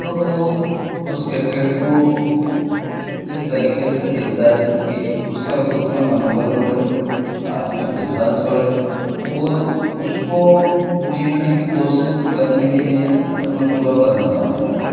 तो वो उस क्रिकेट को इस तरीके से खेलता है कि उसका खुद का मनोबल बढे आत्मविश्वास बढ़े और उसको जीतने की कोशिश करने के लिए अपना पूरा बल लगा देता है